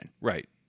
Right